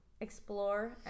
explore